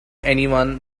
anyone